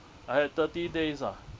I have thirty days ah